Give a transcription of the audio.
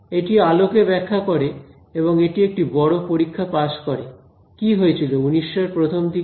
এটি আলোকে ব্যাখ্যা করে এবং এটি একটি বড় পরীক্ষা পাস করে কি হয়েছিল1900 এর প্রথমদিকে